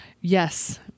Yes